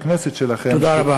בכנסת שלכם,